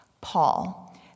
Paul